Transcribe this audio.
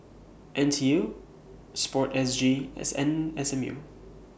N T U Sport S G as N S M U